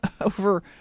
over